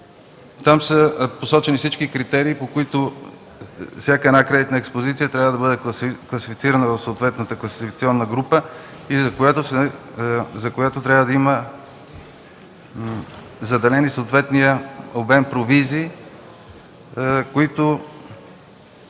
Там са посочени всички критерии, по които всяка кредитна експозиция трябва да бъде класифицирана в съответната класификационна група и за която трябва да има заделен съответен обем провизии, които